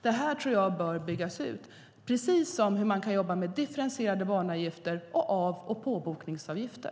Detta tycker jag bör byggas ut, precis som arbetet med differentierade banavgifter och av och påbokningsavgifter.